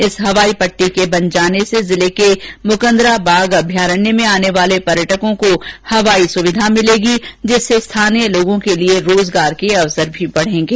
इस हवाई पट्टी के बन जाने से जिले के मुकदरा बाघ अभ्यारण्य में आने वाले पर्यटकों को हवाई सुविधा मिलेगी जिससे स्थानीय लोगों के लिए रोजगार के अवसर बढ़ेंगे